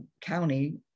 County